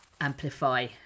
amplify